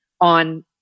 on